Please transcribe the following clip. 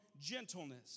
gentleness